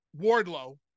Wardlow